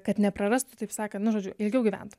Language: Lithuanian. kad neprarastų taip sakant nu žodžiu ilgiau gyventų